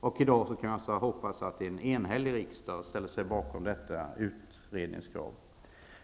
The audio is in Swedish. I dag hoppas jag att en enhällig riksdag ställer sig bakom detta utredningskrav.